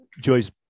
Joyce